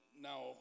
Now